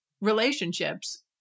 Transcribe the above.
relationships